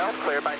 clear. but